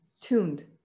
tuned